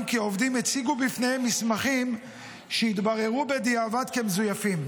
כי העובדים הציגו בפניהם מסמכים שהתבררו בדיעבד כמזויפים.